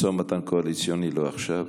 משא ומתן קואליציוני, לא עכשיו.